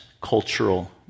cultural